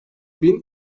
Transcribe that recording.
bin